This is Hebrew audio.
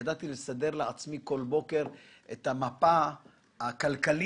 ידעתי לסדר לעצמי כל בוקר את המפה הכלכלית